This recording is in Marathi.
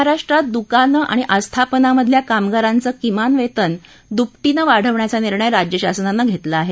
महाराष्ट्रात दुकानं आणि आस्थापनामधल्या कामगारांचं किमान वेतन दुपटीनं वाढवण्याचा निर्णय राज्य शासनानं घेतला आहे